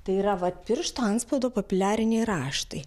tai yra vat piršto antspaudo papiliariniai raštai